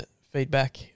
feedback